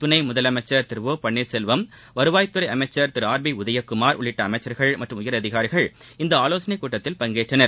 துணை முதலமைச்சா் திரு ஓ பன்னீா்செல்வம் வருவாய்த்துறை அமைச்சா் திரு ஆர் பி உதயகுமார் உள்ளிட்ட அமைச்சா்கள் மற்றும் உயரதிகாரிகள் இந்த ஆலோசனைக் கூட்டத்தில் பங்கேற்றனர்